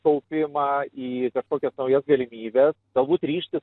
kaupimą į kažkokias naujas galimybes galbūt ryžtis